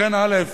לכן, א.